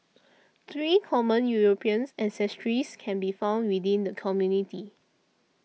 three common European ancestries can be found within the community